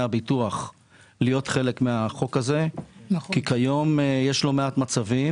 הביטוח להיות חלק מהחוק הזה כי כיום יש לא מעט מצבים